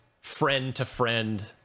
friend-to-friend